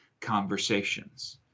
conversations